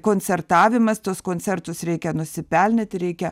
koncertavimas tuos koncertus reikia nusipelnyti reikia